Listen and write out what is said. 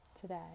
today